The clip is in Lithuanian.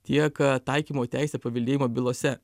tiek taikymo teisę paveldėjimo bylose